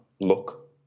look